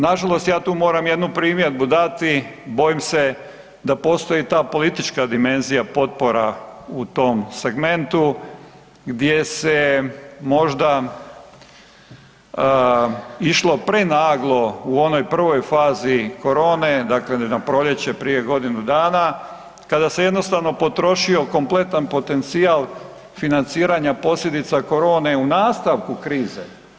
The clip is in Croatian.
Nažalost ja tu moram jednu primjedbu dati, bojim se da postoji ta politička dimenzija potpora u tom segmentu gdje se možda išlo prenaglo u onoj prvoj fazi korone, dakle na proljeće prije godinu dana, kada se jednostavno potrošio kompletan potencijal financiranja posljedica korone u nastavku krize.